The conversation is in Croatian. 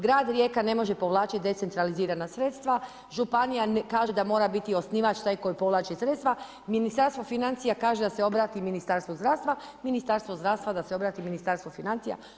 Grad Rijeka ne može povlačiti decentralizirana sredstva, županija kaže da mora biti osnivač taj koji povlači sredstva, Ministarstvo financija kaže da se obrati Ministarstvu zdravstva, Ministarstvo zdravstva da se obrati Ministarstvu financija.